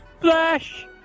Flash